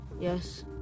Yes